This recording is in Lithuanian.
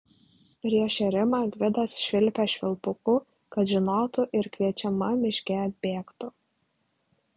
prieš šėrimą gvidas švilpė švilpuku kad žinotų ir kviečiama miške atbėgtų